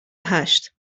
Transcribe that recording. هشت